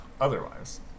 otherwise